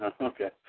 Okay